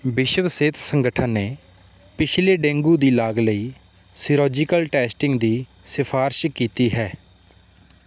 ਵਿਸ਼ਵ ਸਿਹਤ ਸੰਗਠਨ ਨੇ ਪਿਛਲੇ ਡੇਂਗੂ ਦੀ ਲਾਗ ਲਈ ਸੀਰੋਜੀਕਲ ਟੈਸਟਿੰਗ ਦੀ ਸਿਫਾਰਿਸ਼ ਕੀਤੀ ਹੈ